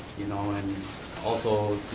you know, and also,